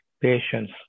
patience